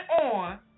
on